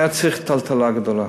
היה צריך טלטלה גדולה.